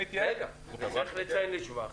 צריך לציין לשבח